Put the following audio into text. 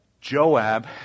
Joab